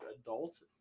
adults